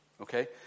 Okay